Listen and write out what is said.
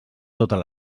totes